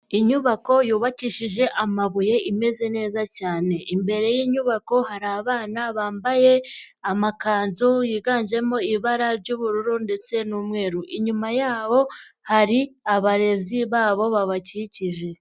Inyubako yubakishije amabuye imeze neza cyane. Imbere y'inyubako hari abana bambaye amakanzu yiganjemo ibara ry'ubururu ndetse n'umweru inyuma yabo hari abarezi babo babakikije.